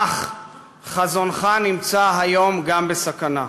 אך חזונך נמצא היום גם בסכנה.